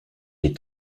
des